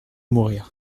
mourir